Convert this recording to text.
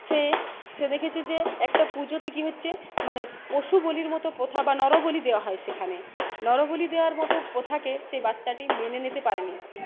সে সে দেখেছে যে একটা পুজোতে কি হচ্ছে মানে পশুগলির মতো প্রথা বা নরবলি দেওয়া হয় সেখানে নরবলি দেওয়ার মতো প্রথাকে সে বাচ্চাটি মেনে নিতে পারে নি